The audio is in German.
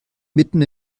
mitten